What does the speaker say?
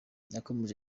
yakomeje